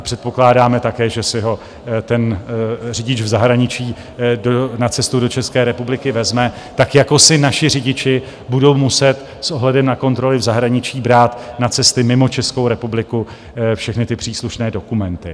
Předpokládáme také, že si ho ten řidič v zahraničí na cestu do České republiky, tak jako si naši řidiči budou muset s ohledem na kontroly v zahraničí brát na cesty mimo Českou republiku všechny ty příslušné dokumenty.